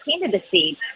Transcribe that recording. candidacy